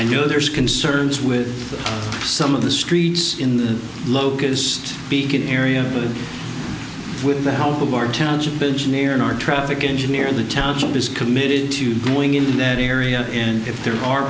i know there's concerns with some of the streets in the locust beacon area but with the help of our township bench near our traffic engineer the township is committed to going in that area and if there are